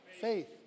Faith